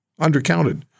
undercounted